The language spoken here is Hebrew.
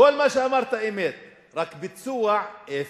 כל מה שאמרת אמת, רק הביצוע אפס,